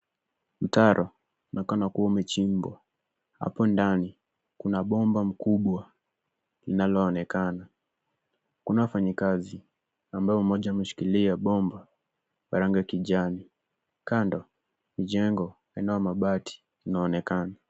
Mtaro, unaonekana kuwa umechimbwa . Hapo ndani kuna bomba kubwa linaloonekana . Kuna wafanyikazi ambao mmoja anaonekana ameshikilia bomba ya rangi ya kijani . Kando ni jengo linalo mabati inaonekana.